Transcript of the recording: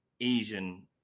Asian